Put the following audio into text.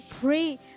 pray